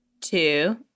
two